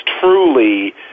truly